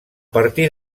partir